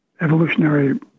evolutionary